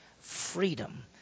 freedom